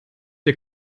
der